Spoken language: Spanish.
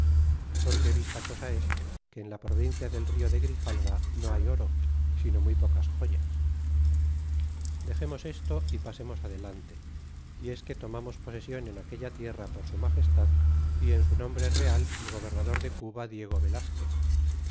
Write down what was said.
porque vista cosa es que en la provincia del rio de grijalva no hay oro sino muy pocas joyas dexemos esto y pasemos adelante y es que tomamos posesion en aquella tierra por su magestad y en su nombre real el gobernador de cuba llego yelasquez